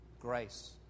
grace